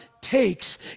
takes